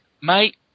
Mate